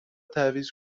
تعویض